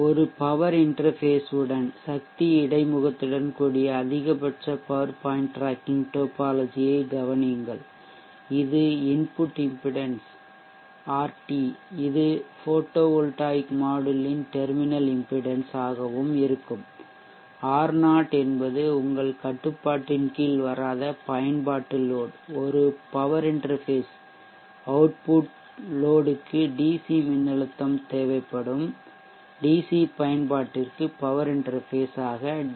ஒரு power interface உடன் சக்தி இடைமுகத்துடன் கூடிய அதிகபட்ச பவர் பாயிண்ட் டிராக்கிங் டோபாலஜியைக் கவனியுங்கள் இது இன்புட் இம்பிடென்ஷ் RT இது போட்டோ வோல்டாயிக் மாட்யூல் ன் ஒளிமின்னழுத்த தொகுதியின் டெர்மினல் இம்பிடென்ஷ் ஆகவும் இருக்கும் ஆர் 0 என்பது உங்கள் கட்டுப்பாட்டின் கீழ் வராத பயன்பாட்டு லோட் ஒரு பவர் இன்டெர்ஃபேஷ் சக்தி இடைமுகம் அவுட்புட் லோட்க்கு DC மின்னழுத்தம் தேவைப்படும் DC பயன்பாட்டிற்கு பவர் இன்டெர்ஃபேஷ் ஆக டி